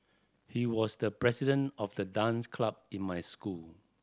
he was the president of the dance club in my school